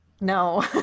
No